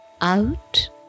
out